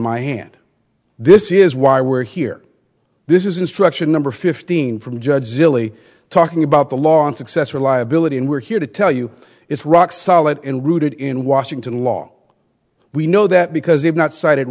my hand this is why we're here this is instruction number fifteen from judge zilly talking about the law on success or liability and we're here to tell you it's rock solid and rooted in washington law we know that because they've not cited